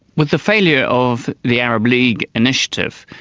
with the failure of the arab league initiative,